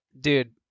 dude